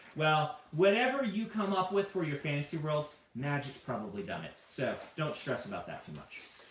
well, whatever you come up with for your fantasy world, magic's probably done it. so don't stress about that too much.